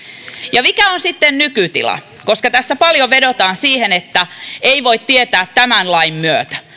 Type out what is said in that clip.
ja mikä on sitten nykytila tässä paljon vedotaan siihen että sitä ei voi tietää tämän lain myötä